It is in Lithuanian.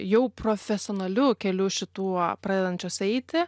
jau profesionaliu keliu šituo pradedančios eiti